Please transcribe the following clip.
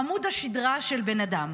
עמוד השדרה של בן אדם?